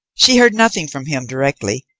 she heard nothing from him directly,